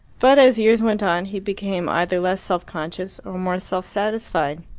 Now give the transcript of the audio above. but as years went on he became either less self-conscious or more self-satisfied.